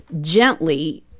gently